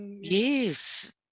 Yes